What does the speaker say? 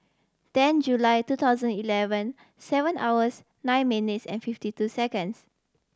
ten July two thousand eleven seven hours nine minutes and fifty two seconds